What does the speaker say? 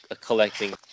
collecting